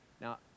Now